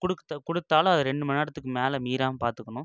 கொடுத்த கொடுத்தாலும் அது ரெண்டு மணி நேரத்துக்கு மேலே மீறாமல் பார்த்துக்கணும்